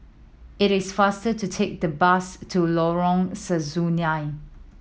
it is faster to take the bus to Lorong Sesuai